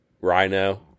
Rhino